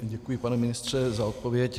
Děkuji, pane ministře, za odpověď.